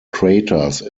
craters